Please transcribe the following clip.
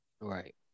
Right